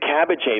cabbage